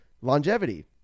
longevity